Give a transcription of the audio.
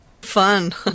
Fun